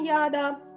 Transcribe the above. Yada